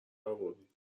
آوردین